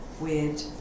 weird